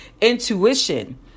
intuition